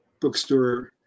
bookstore